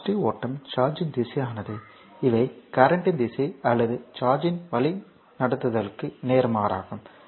positive ஓட்டம் சார்ஜ்யின் திசையானது இவை கரண்ட்யின் திசை அல்லது சார்ஜ்யின் வழிநடத்துதலுக்கு நேர்மாறாகும்